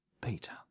Peter